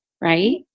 right